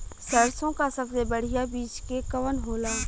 सरसों क सबसे बढ़िया बिज के कवन होला?